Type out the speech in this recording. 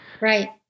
Right